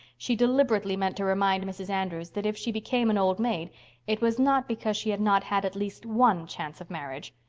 she deliberately meant to remind mrs. andrews that if she became an old maid it was not because she had not had at least one chance of marriage.